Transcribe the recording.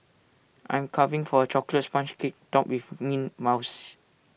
I'm craving for A Chocolate Sponge Cake Topped with Mint Mousse